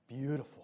Beautiful